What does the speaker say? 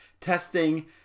Testing